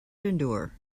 endure